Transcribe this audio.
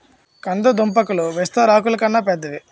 కంద దుంపాకులు విస్తరాకుల్లాగా పెద్దవి